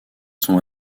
sont